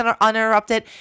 Uninterrupted